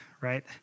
right